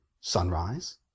sunrise